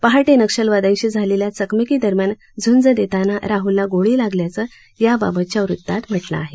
पहाटे नक्षलवाद्यांशी झालेल्या चकामकीदरम्यान झुंज देताना राह्लला गोळी लागल्याचं याबाबतच्या वृत्तात म्हटलं आहे